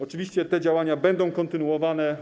Oczywiście te działania będą kontynuowane.